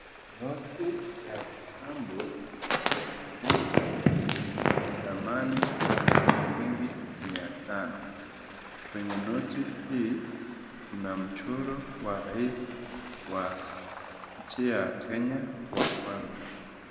Noti ya kitambo kenya ya dhamani ya shilingi mia tano, kwenye noti hii kuna choro wa rais wa nchi ya kenya...